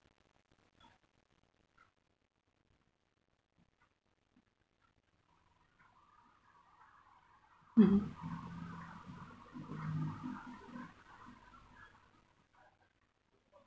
mmhmm